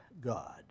God